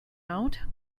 out